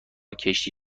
کشتی